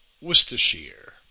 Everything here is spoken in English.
Worcestershire